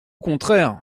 contraire